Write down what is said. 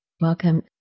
Welcome